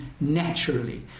naturally